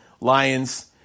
Lions